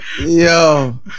yo